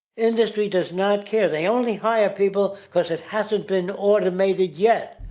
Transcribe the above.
industry does not care. they only hire people because it hasn't been automated yet.